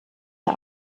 der